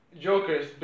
Joker's